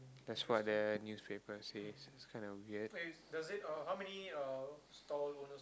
that's what the newspaper says it's kinda weird